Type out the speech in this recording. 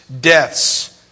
deaths